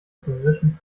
positioned